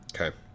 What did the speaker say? Okay